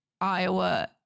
Iowa